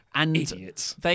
Idiots